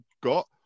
got